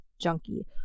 junkie